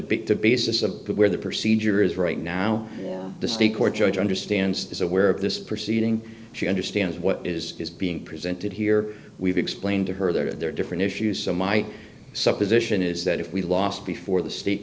debate the basis of where the procedure is right now the state court judge understands it is aware of this proceeding she understands what is is being presented here we've explained to her that there are different issues so my supposition is that if we lost before the state